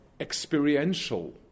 experiential